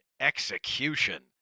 execution